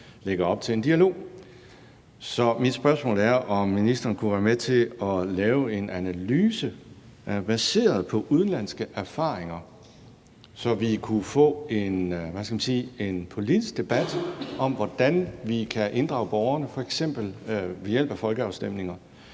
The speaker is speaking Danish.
lægger op til en dialog, så mit spørgsmål er, om ministeren kunne være med til at lave en analyse baseret på udenlandske erfaringer, så vi kunne få en politisk debat om, hvordan vi kan inddrage borgerne, f.eks. ved hjælp af folkeafstemninger.